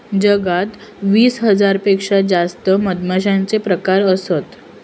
जगात वीस हजार पेक्षा जास्त मधमाश्यांचे प्रकार असत